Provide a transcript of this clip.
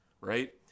right